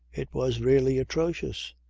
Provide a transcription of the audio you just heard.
it was really atrocious.